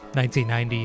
1990